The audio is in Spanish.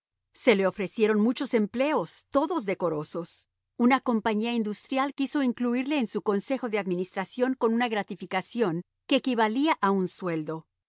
se le ofrecieron muchos empleos todos decorosos una compañía industrial quiso incluirle en su consejo de administración con una gratificación que equivalía a un sueldo